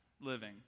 living